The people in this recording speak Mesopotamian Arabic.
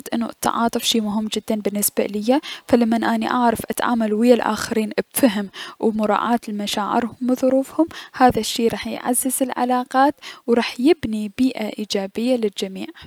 انه التعاطف شي كلش مهم بلنسبة اليا فلمن اني اعرف اتعامل ويا اخرين ابفهم و مراعاة لمشاعرهم و ظروفهم هذا الشي راح يعزز العلاقات و راح يبني بيئة ايجابية للجميع.